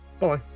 bye